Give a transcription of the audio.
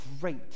great